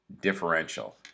differential